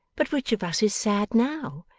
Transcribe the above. but which of us is sad now?